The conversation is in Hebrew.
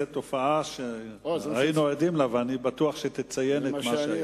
זאת תופעה שהיינו עדים לה ואני בטוח שתציין את מה שהיה.